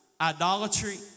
idolatry